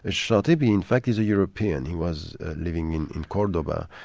ashor tibi in fact is a european he was living in in cordoba,